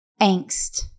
angst